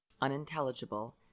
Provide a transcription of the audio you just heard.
unintelligible